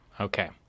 Okay